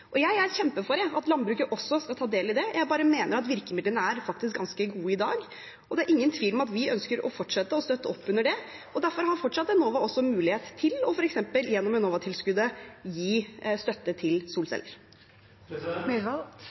Jeg er kjempefor at landbruket også skal ta del i det. Jeg mener bare at virkemidlene faktisk er ganske gode i dag, og det er ingen tvil om at vi ønsker å fortsette å støtte opp under det. Derfor har Enova fortsatt mulighet til, f.eks. gjennom Enova-tilskuddet, å gi støtte til